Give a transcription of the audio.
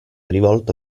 rivolto